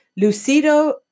Lucido